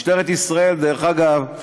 משטרת ישראל, דרך אגב,